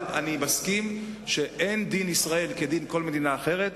אבל אני מסכים שאין דין ישראל כדין כל מדינה אחרת.